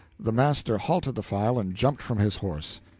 the master halted the file and jumped from his horse.